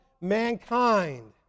mankind